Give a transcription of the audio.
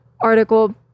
article